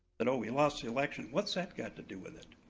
but oh, we lost the election, what's that got to do with it?